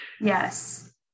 Yes